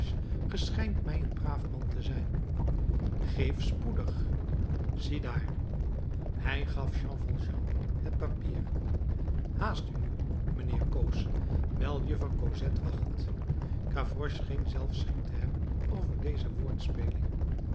schijnt mij een braaf man te zijn geef spoedig ziedaar en hij gaf jean valjean het papier haast u nu mijnheer coos wijl juffer cosette wacht gavroche scheen zelf schik te hebben over deze woordspeling